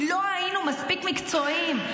כי לא היינו מספיק מקצועיים,